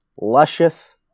luscious